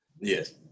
Yes